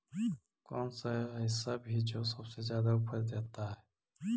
कौन सा ऐसा भी जो सबसे ज्यादा उपज देता है?